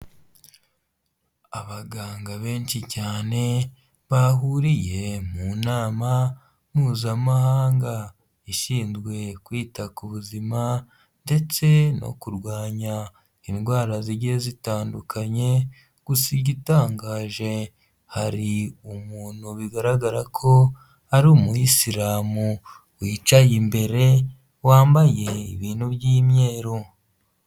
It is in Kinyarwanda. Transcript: Abaganga benshi cyane bahuriye mu nama mpuzamahanga ishinzwe kwita ku buzima ndetse no kurwanya indwara zigiye zitandukanye, gusa igitangaje hari umuntu bigaragara ko ari umuyisilamu wicaye imbere, wambaye ibintu by'imyeru.